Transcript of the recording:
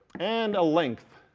and a length.